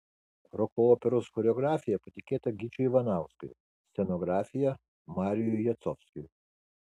roko operos choreografija patikėta gyčiui ivanauskui scenografija marijui jacovskiui